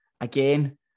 again